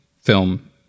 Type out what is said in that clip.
film